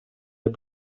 для